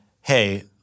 hey